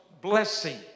blessing